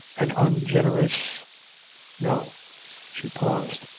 an ungenerous no she paused,